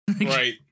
Right